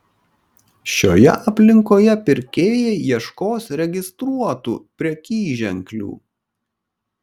šioje aplinkoje pirkėjai ieškos registruotų prekyženklių